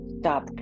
stop